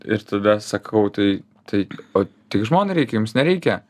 ir tada sakau tai tai o tik žmonai reikia jums nereikia